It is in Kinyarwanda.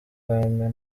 w’ubwami